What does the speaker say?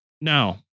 Now